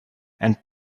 and